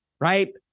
right